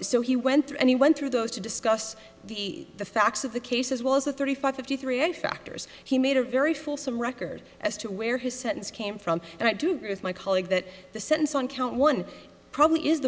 so he went through and he went through those to discuss the facts of the case as well as a thirty five fifty three and factors he made a very fulsome record as to where his sentence came from and i do agree with my colleague that the sentence on count one probably is the